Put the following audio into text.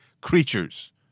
creatures